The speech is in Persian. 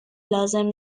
لازم